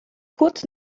kurz